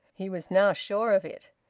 he was now sure of it.